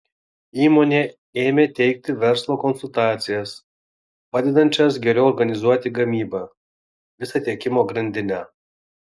įmonė ėmė teikti verslo konsultacijas padedančias geriau organizuoti gamybą visą tiekimo grandinę